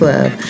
Love